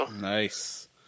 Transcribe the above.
Nice